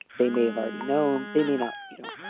they may have already known. they may not you know,